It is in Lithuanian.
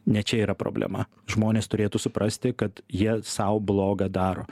ne čia yra problema žmonės turėtų suprasti kad jie sau bloga daro